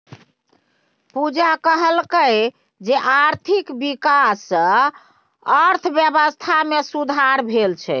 पूजा कहलकै जे आर्थिक बिकास सँ अर्थबेबस्था मे सुधार भेल छै